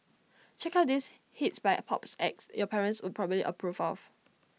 check out these hits by A pops acts your parents would probably approve of